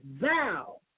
thou